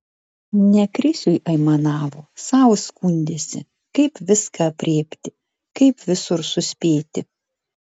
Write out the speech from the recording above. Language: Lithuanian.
ne krisiui aimanavo sau skundėsi kaip viską aprėpti kaip visur suspėti